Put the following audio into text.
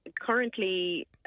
Currently